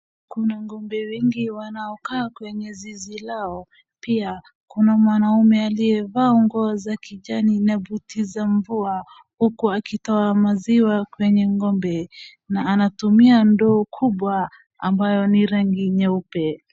Kuna ng'ombe wengi wanaokaa kwenye zizi lao. Pia kuna mwanaume aliyevaa nguo za kijani na buti za mvua uku akitoa maziwa kwenye ng'ombe na anatumia ndoo kubwa ambayo ni rangi nyeupe.